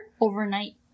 Overnight